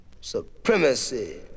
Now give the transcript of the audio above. Supremacy